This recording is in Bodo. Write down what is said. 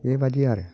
बेबायदि आरो